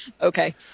Okay